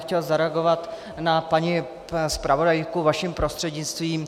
Chtěl bych zareagovat na paní zpravodajku vaším prostřednictvím.